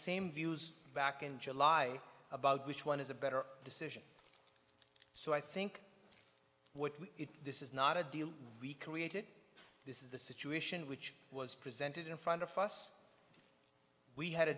same views back in july about which one is a better decision so i think what we it this is not a deal we created this is the situation which was presented in front of us we had a